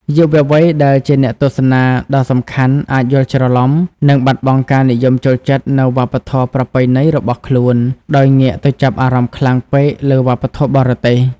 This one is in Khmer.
យុវវ័យដែលជាអ្នកទស្សនាដ៏សំខាន់ អាចយល់ច្រឡំ និងបាត់បង់ការនិយមចូលចិត្តនូវវប្បធម៌ប្រពៃណីរបស់ខ្លួន ដោយងាកទៅចាប់អារម្មណ៍ខ្លាំងពេកលើវប្បធម៌បរទេស។